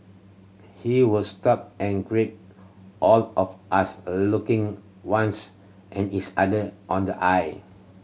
he would stop and greet all of us looking ones in each other on the eye